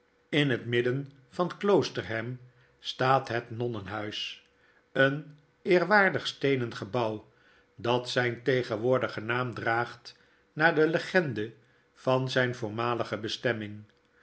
in het midden van kloosterham staat het nonnenhuis een eerwaardig steenen gebouw dat zijn tegenwoordigen naam draagt naar de legende van zijn voormalige bestemming